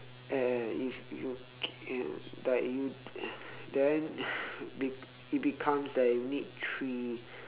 and if you can like you then be it becomes the unique three